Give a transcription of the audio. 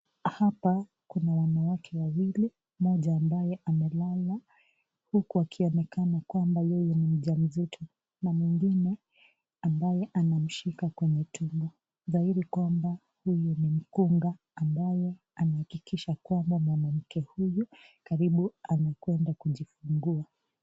Hapa Kuna wanawake wawili moja ambaye amelala huku akionekana Kwamba yeye ni mchamisito na mwingine ambaye anamshika kwenye tumbo dahiri kwamba yeye ni mgunga anayeakikisha kwamba mwanamke huyu karibu anaenda kujifungua